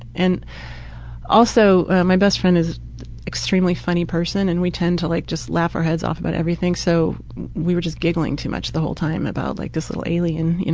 and also, my best friend is extremely funny person and we tend to like just laugh our heads off about everything so we were just giggling too much the whole time about like this alien, you